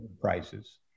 Prices